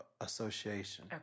Association